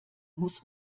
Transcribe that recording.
muss